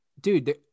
dude